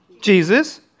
Jesus